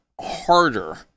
harder